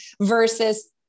versus